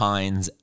Pines